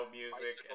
music